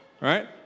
Right